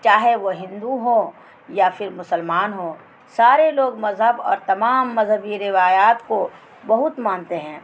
چاہے وہ ہندو ہوں یا پھر مسلمان ہوں سارے لوگ مذہب اور تمام مذہبی روایات کو بہت مانتے ہیں